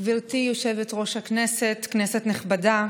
גברתי יושבת-ראש הישיבה, כנסת נכבדה,